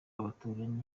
abaturanyi